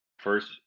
First